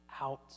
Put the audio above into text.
out